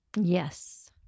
Yes